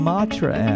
Matra